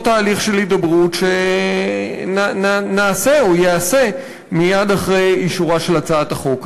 תהליך של הידברות שנעשה או ייעשה מייד אחרי אישורה של הצעת החוק.